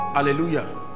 Hallelujah